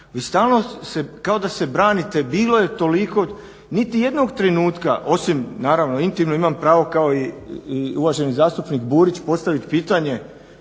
vi stalno kao da se branite bilo je toliko. Niti jednog trenutka osim naravno intimno imam pravo kao i uvaženi zastupnik Burić postavit pitanje